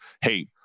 hey